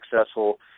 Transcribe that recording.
successful